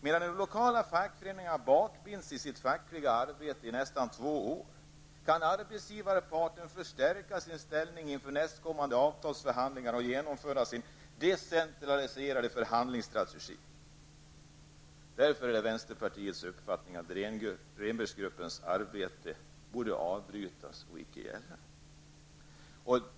Medan de lokala fackföreningarna bakbinds i sitt fackliga arbete i nästan två år, kan arbetsgivarparten förstärka sin ställning inför nästkommande avtalsförhandlingar och genomföra sin decentraliserade förhandlingsstrategi. Det är därför vänsterpartiets uppfattning att Rehnberggruppens arbete borde avbrytas och icke gälla.